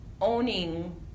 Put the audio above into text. owning